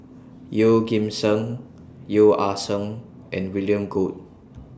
Yeoh Ghim Seng Yeo Ah Seng and William Goode